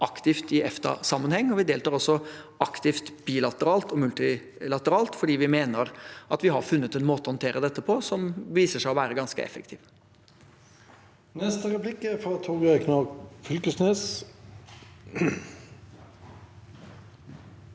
aktivt i EFTA-sammenheng, og vi deltar også aktivt bilateralt og multilateralt, fordi vi mener at vi har funnet en måte å håndtere dette på som viser seg å være ganske effektiv. Torgeir Knag Fylkesnes